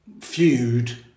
Feud